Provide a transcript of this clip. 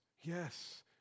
Yes